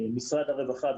משרד הרווחה,